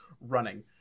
running